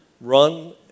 run